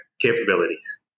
Capabilities